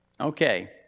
Okay